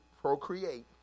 procreate